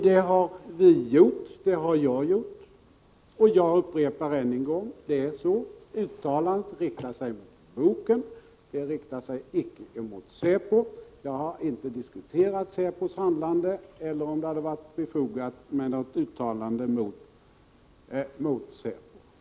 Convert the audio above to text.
Det har vi gjort, det har jag gjort, och jag upprepar än en gång: Uttalandet riktar sig mot boken, det riktar sig icke emot säpo. Jag har inte diskuterat säpos handlande eller huruvida det hade varit befogat med något uttalande mot säpo.